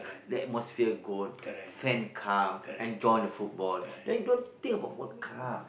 the atmosphere good fan come and join the football then don't think about World Cup